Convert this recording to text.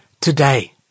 today